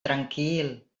tranquil